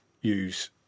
use